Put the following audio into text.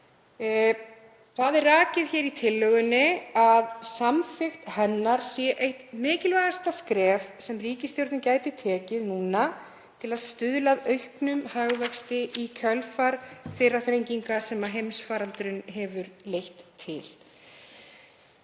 er rakið að samþykkt hennar sé eitt mikilvægasta skref sem ríkisstjórnin gæti stigið til að stuðla að auknum hagvexti í kjölfar þeirra þrenginga sem heimsfaraldurinn hefur leitt til.